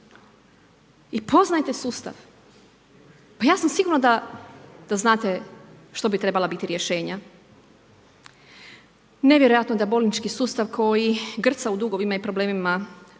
i poznajete sustav pa ja sam sigurna da znate što bi trebala biti rješenja. Nevjerojatno da bolnički sustav koji grca u dugovima i problemima